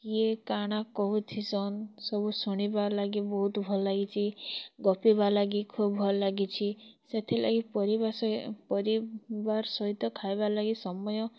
କିଏ କାଣା କହୁଛି ସନ ସବୁ ଶୁଣିବା ଲାଗି ବହୁତ୍ ଭଲ ଲାଗିଛି ଗପିବା ଲାଗି ଖୁବ୍ ଭଲ ଲାଗିଛି ସେଥିଲାଗି ପରିବାର ସହିତ ଖାଇବା ଲାଗି ସମୟ